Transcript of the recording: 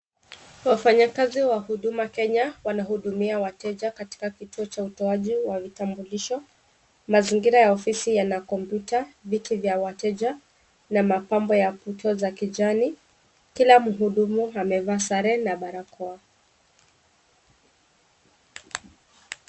Wafanyikazi wa Huduma Kenya wanahudumia wateja katika kituo cha utoaji wa vitambulisho. Mazingira ya ofisi yana kompyuta, viti vya wateja na mapambo ya mvuto za kijani. Kila mhudumu amevaa sare na barakoa.